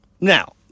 Now